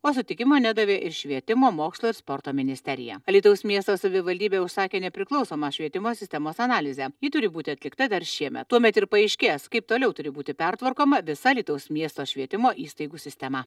o sutikimo nedavė ir švietimo mokslo ir sporto ministerija alytaus miesto savivaldybė užsakė nepriklausomą švietimo sistemos analizę ji turi būti atlikta dar šiemet tuomet ir paaiškės kaip toliau turi būti pertvarkoma visa alytaus miesto švietimo įstaigų sistema